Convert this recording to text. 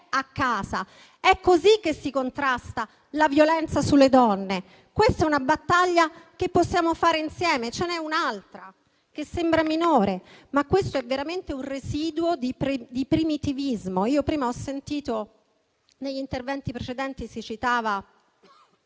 a casa. È così che si contrasta la violenza sulle donne. Questa è una battaglia che possiamo fare insieme. C'è n'è un'altra che sembra minore, ma questo è veramente un residuo di primitivismo. Prima ho sentito che negli interventi precedenti si citava